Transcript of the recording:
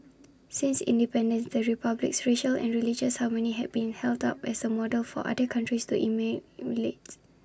since independence the republic's racial and religious harmony have been held up as A model for other countries to email emulate